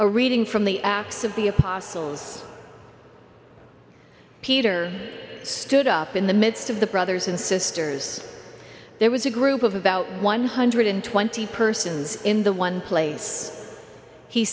a reading from the acts of the apostles peter stood up in the midst of the brothers and sisters there was a group of about one hundred and twenty dollars persons in the one place he